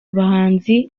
abahanzi